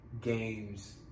Games